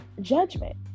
judgment